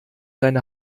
deine